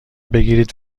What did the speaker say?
بگیرید